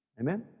Amen